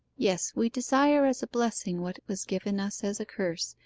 yes, we desire as a blessing what was given us as a curse,